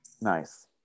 Nice